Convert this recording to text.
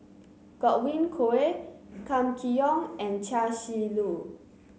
Godwin Koay Kam Kee Yong and Chia Shi Lu